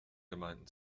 gemeinden